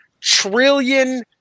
trillion